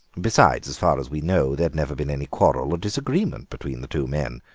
besides, as far as we know, there had never been any quarrel or disagreement between the two men.